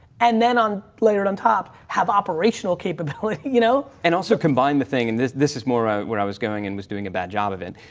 and then on later on top have operational capability, you know, and also combine the thing. and this, this is more where i was going in was doing a bad job of it.